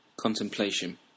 Contemplation